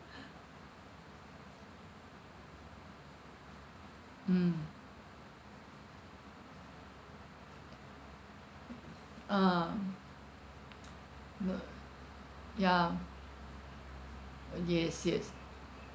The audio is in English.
mm a'ah no ya oh yes yes